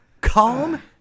Calm